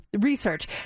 research